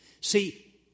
See